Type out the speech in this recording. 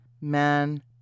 man